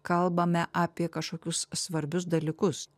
kalbame apie kažkokius svarbius dalykus